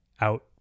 out